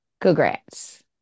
congrats